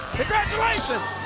Congratulations